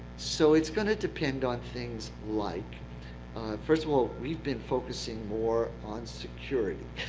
so it's going to depend on things like first of all, we've been focusing more on security